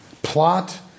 plot